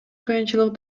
кыйынчылык